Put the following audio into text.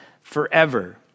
forever